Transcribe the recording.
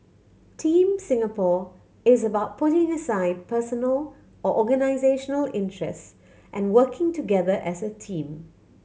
Team Singapore is about putting aside personal or organisational interest and working together as a team